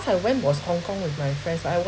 I went was hong kong with my friends I